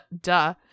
duh